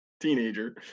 teenager